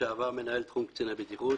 לשעבר מנהל תחום קציני בטיחות,